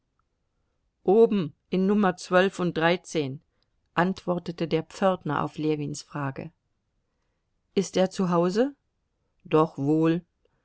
oben in nummer zwölf und dreizehn antwortete der pförtner auf ljewins frage ist er zu hause doch wohl